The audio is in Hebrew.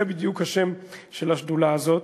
זה בדיוק השם של השדולה הזאת.